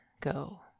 go